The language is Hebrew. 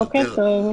בוקר טוב.